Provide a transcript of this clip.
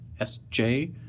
SJ